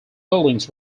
buildings